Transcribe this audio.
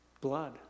Blood